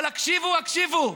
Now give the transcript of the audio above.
אבל הקשיבו, הקשיבו: